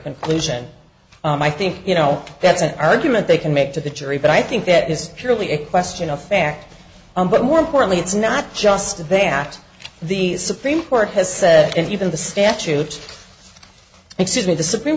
conclusion and i think you know that's an argument they can make to the jury but i think that is purely a question of fair but more importantly it's not just that they're at the supreme court has said and even the statute excuse me the supreme